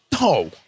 No